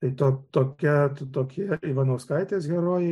tai to tokia tokie ivanauskaitės herojai